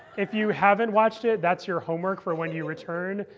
if you haven't watched it, that's your homework for when you return.